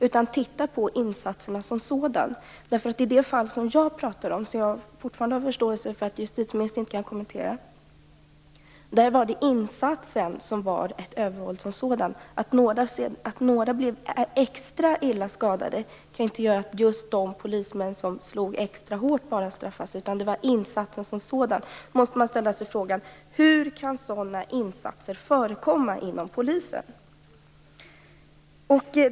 Man skall undersöka insatserna som sådana. I det fall som jag pratar om, som jag fortfarande har förståelse för att justitieministern inte kan kommentera, var det insatsen som sådan som var ett övervåld. Att några blev extra illa skadade kan inte innebära att endast just de polismän som slog extra hårt straffas, utan det gäller insatsen som sådan. Då måste man ställa sig frågan: Hur kan sådana insatser förekomma inom polisen?